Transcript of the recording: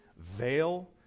veil